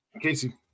Casey